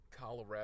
Colorado